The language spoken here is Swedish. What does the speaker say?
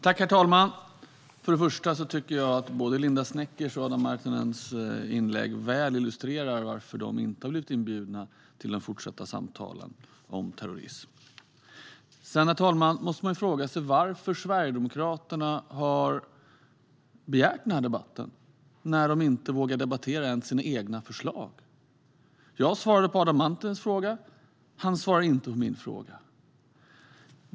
Herr talman! Först vill jag säga att jag tycker att både Linda Sneckers och Adam Marttinens inlägg tydligt illustrerar varför de inte har blivit inbjudna till de fortsatta samtalen om terrorism. Sedan måste man fråga sig varför Sverigedemokraterna har begärt den här debatten när de inte ens vågar debattera sina egna förslag. Jag svarade på Adam Marttinens fråga, men han svarade inte på min fråga.